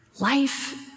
Life